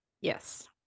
yes